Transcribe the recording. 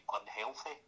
unhealthy